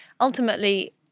ultimately